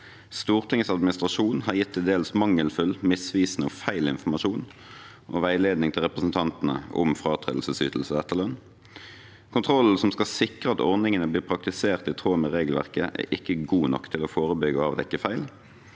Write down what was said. Stortingets administrasjon har gitt til dels mangelfull, misvisende og feil informasjon og veiledning til representantene om fratredelsesytelse og etterlønn. – Kontrollen som skal sikre at ordningene blir praktisert i tråd med regelverket, er ikke god nok til å forebygge og avdekke feil.